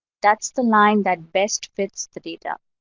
that's the line that best fits the data.